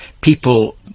people